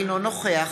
אינו נוכח